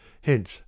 hence